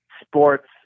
sports